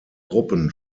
gruppen